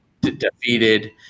defeated